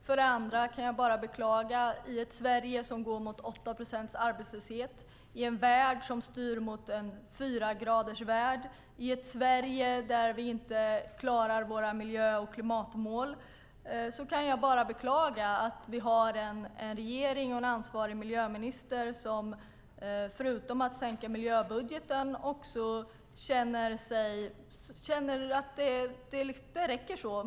För det andra kan jag bara beklaga, i ett Sverige som går mot 8 procents arbetslöshet, i en värld som styr mot fyra graders uppvärmning och i ett Sverige där vi inte klarar våra miljö och klimatmål, att vi har en regering och en ansvarig miljöminister som, förutom att minska miljöbudgeten, känner att det räcker så.